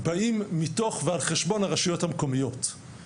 באים מתוך הרשויות המקומיות ועל חשבונן.